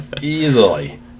Easily